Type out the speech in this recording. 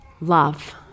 love